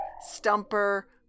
stumper